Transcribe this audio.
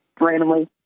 randomly